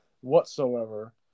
whatsoever